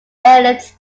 airlift